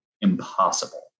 impossible